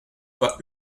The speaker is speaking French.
pas